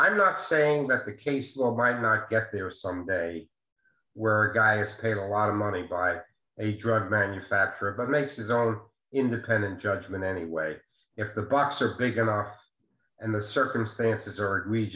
i'm not saying that the case might not get there some day where a guy just paid a lot of money by a drug manufacturer but makes his own independent judgment anyway if the bucks are big enough and the circumstances are we